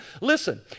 listen